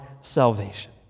salvation